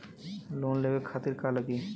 Loan लेवे खातीर का का लगी?